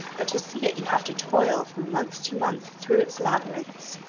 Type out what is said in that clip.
but to see it you have to toil from month to month through its labyrinths.